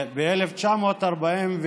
ב-1945